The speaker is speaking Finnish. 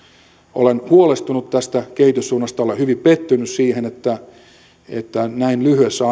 olen huolestunut tästä kehityssuunnasta olen hyvin pettynyt siihen että että näin lyhyessä